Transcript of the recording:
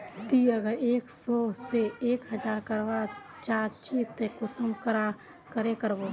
ती अगर एक सो से एक हजार करवा चाँ चची ते कुंसम करे करबो?